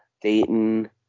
Dayton